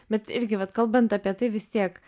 bet irgi vat kalbant apie tai vis tiek